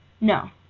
no